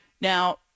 Now